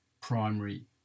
primary